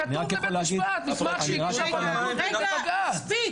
אני רק יכול להגיד -- רגע, רגע, מספיק.